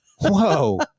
Whoa